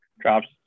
drops